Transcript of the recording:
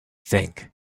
think